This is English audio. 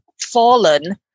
fallen